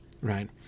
right